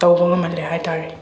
ꯇꯧꯕ ꯉꯝꯍꯜꯂꯦ ꯍꯥꯏꯇꯥꯔꯦ